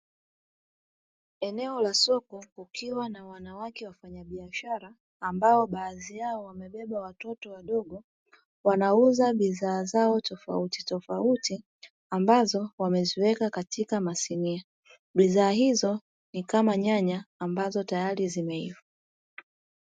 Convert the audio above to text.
Eneo la soko kukiwa na wanawake wafanyabishara ambao baadhi yao wamebeba watoto wadogo wanauza bidhaa zao tofautitofauti ambazo wameziweka katika masinia, bidhaa hizo ni kama nyanya ambazo tayari zimeiva.